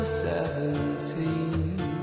seventeen